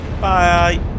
Bye